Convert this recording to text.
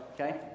okay